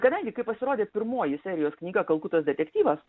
kadangi kai pasirodė pirmoji serijos knyga kalkutos detektyvas